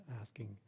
asking